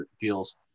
deals